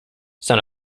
son